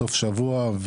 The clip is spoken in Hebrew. סוף שבוע,